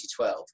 2012